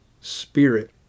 spirit